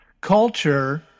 Culture